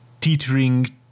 Teetering